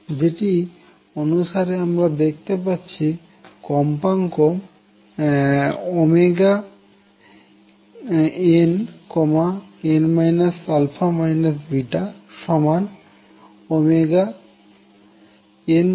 যেটি অনুসারে আমরা দেখতে পাচ্ছি কম্পাঙ্ক nn α β nn αn αn α β